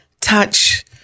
Touch